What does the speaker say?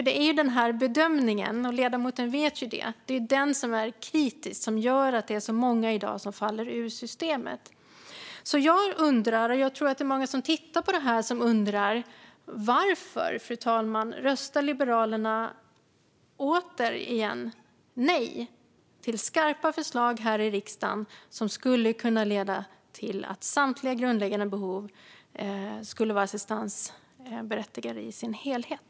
Det är ju den bedömningen - det vet ledamoten - som är kritisk och som gör att så många i dag faller ur systemet. Jag undrar, och jag tror att det är många som tittar på debatten som också gör det: Varför, fru talman, röstar Liberalerna återigen nej till skarpa förslag här i riksdagen som skulle kunna leda till att samtliga grundläggande behov blev assistansberättigande i sin helhet?